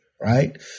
right